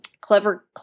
Clever